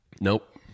Nope